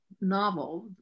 novel